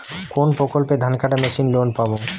কোন প্রকল্পে ধানকাটা মেশিনের লোন পাব?